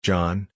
John